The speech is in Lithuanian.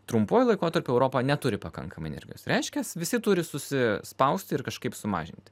trumpuoju laikotarpiu europa neturi pakankamai energijos reiškias visi turi susispausti ir kažkaip sumažinti